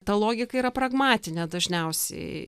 ta logika yra pragmatinė dažniausiai